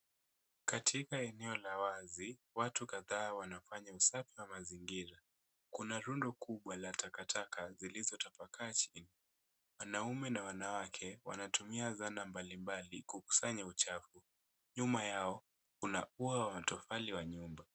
Katika eneo la wazi watu kadhaa wanafanya usafi wa mazingira. Kuna rundo kubwa la takataka zilizotapakaa chini. Wanaume na wanawake wanatumia dhana mbalimbali kukusanya uchafu. Nyuma yao kuna ua wa tofali wa nyumba.